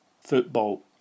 football